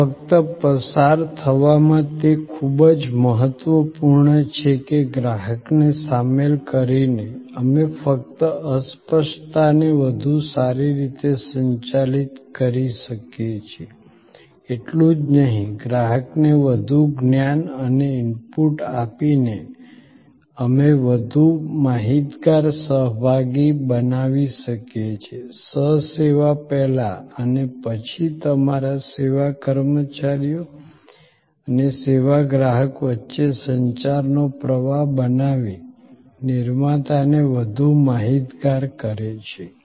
આ ફક્ત પસાર થવામાં તે ખૂબ જ મહત્વપૂર્ણ છે કે ગ્રાહકને સામેલ કરીને અમે ફક્ત અસ્પષ્ટતાને વધુ સારી રીતે સંચાલિત કરી શકીએ છીએ એટલું જ નહીં ગ્રાહકને વધુ જ્ઞાન અને ઇનપુટ આપીને અમે વધુ માહિતગાર સહભાગી બનાવી શકીએ છીએ સહ સેવા પહેલાં અને પછી તમારા સેવા કર્મચારીઓ અને સેવા ગ્રાહક વચ્ચે સંચારનો પ્રવાહ બનાવી નિર્માતાને વધુ માહિતગાર કરે છે